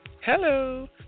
Hello